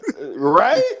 Right